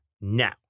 Now